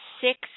six